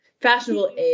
fashionable